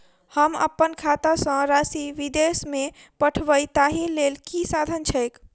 हम अप्पन खाता सँ राशि विदेश मे पठवै ताहि लेल की साधन छैक?